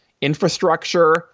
infrastructure